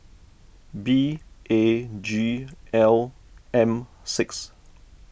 B A G L M six